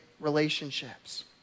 relationships